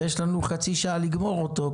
ויש לנו חצי שעה לגמור אותו,